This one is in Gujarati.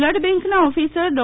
બ્લડબેંકનાં ઓફિસર ડો